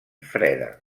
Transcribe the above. freda